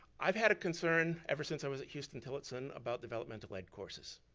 i've had a concern, ever since i was at huston-tillotson about development of light courses.